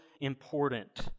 important